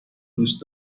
دوست